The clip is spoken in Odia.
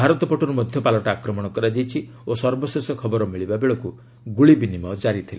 ଭାରତ ପଟରୁ ମଧ୍ୟ ପାଲଟା ଆକ୍ରମଣ କରାଯାଇଛି ଓ ସର୍ବଶେଷ ଖବର ମିଳିବା ବେଳକୁ ଗୁଳି ବିନିମୟ ଜାରି ଥିଲା